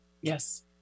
Yes